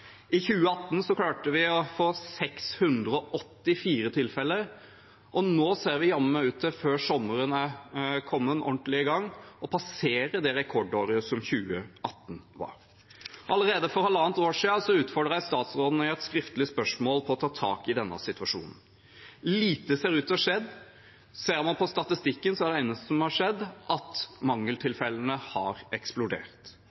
i 2018 klarte vi å få 684 tilfeller, og nå ser det jammen meg ut til at vi, før sommeren er kommet ordentlig i gang, passerer rekordåret 2018. Allerede for halvannet år siden utfordret jeg statsråden i et skriftlig spørsmål på å ta tak i denne situasjonen. Lite ser ut til å ha skjedd. Ser man på statistikken, er det eneste som har skjedd, at